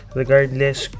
regardless